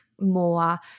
more